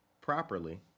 properly